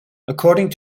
according